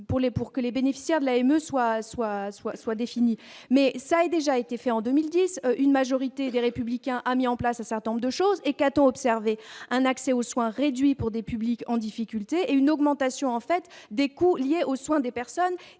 pour que les bénéficiaires de l'AME soit soit soit soit défini mais ça a déjà été fait en 2010 une majorité des républicains, a mis en place un certain nombre de choses et quatre observer un accès aux soins réduit pour des publics en difficulté et une augmentation en fait des coûts liés aux soins des personnes